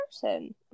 person